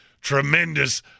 tremendous